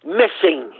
missing